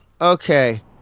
Okay